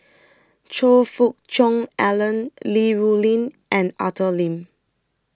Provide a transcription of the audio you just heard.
Choe Fook Cheong Alan Li Rulin and Arthur Lim